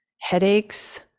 headaches